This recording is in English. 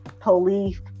police